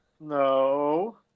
no